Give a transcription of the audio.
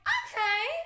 okay